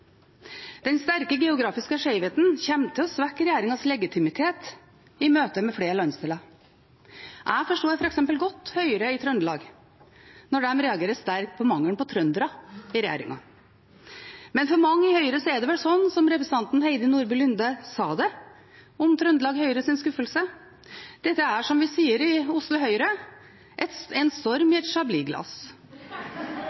Den sterke geografiske skjevheten kommer til å svekke regjeringens legitimitet i møte med flere landsdeler. Jeg forstår f.eks. godt Høyre i Trøndelag når de reagerer sterkt på mangelen på trøndere i regjeringen. Men for mange i Høyre er det vel slik som representanten Heidi Nordby Lunde sa det om Trøndelag Høyres skuffelse: «Dette er som vi sier i Oslo Høyre, storm i et